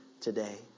Today